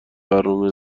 برنامه